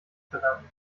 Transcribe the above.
verdanken